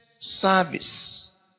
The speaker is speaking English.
service